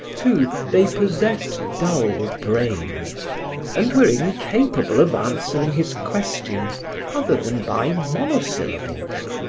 too, they possessed dull brains and were incapable of answering his questions other than by monosyllables.